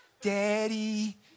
Daddy